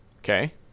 Okay